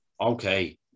Okay